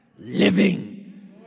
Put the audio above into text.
living